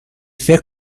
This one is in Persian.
فکر